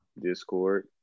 Discord